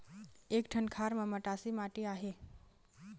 एक ठन खार म मटासी माटी आहे?